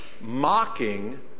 mocking